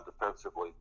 defensively